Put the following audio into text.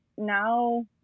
now